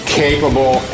capable